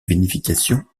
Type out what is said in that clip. vinification